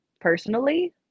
personally